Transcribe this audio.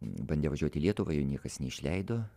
bandė važiuot į lietuvą jų niekas neišleido